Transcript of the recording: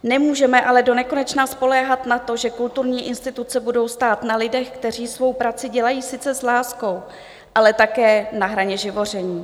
Nemůžeme ale donekonečna spoléhat na to, že kulturní instituce budou stát na lidech, kteří svou práci dělají sice s láskou, ale také na hraně živoření.